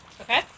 okay